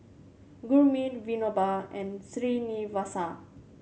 Gurmeet Vinoba and Srinivasa